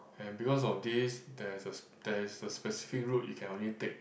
and because of this there's a there's a specific route you can only take